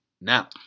now